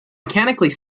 mechanically